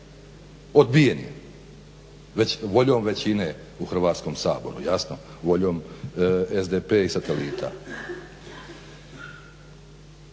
odbijen je voljom većine u Hrvatskom saboru jasno, voljom SDP i satelita.